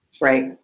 Right